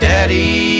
Daddy